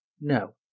No